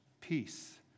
peace